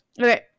Okay